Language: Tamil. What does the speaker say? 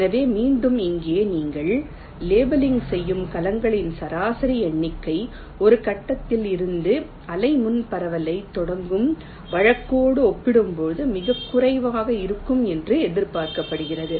எனவே மீண்டும் இங்கே நீங்கள் லேபிளிங் செய்யும் கலங்களின் சராசரி எண்ணிக்கை ஒரு கட்டத்தில் இருந்து அலை முன் பரவலைத் தொடங்கும் வழக்கோடு ஒப்பிடும்போது மிகக் குறைவாக இருக்கும் என்று எதிர்பார்க்கப்படுகிறது